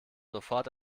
sofort